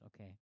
okay